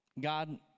God